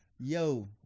Yo